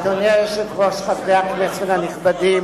היושב-ראש, חברי הכנסת הנכבדים,